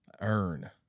earn